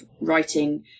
writing